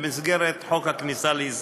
במסגרת חוק הכניסה לישראל.